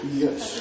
yes